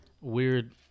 weird